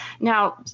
Now